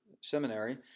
seminary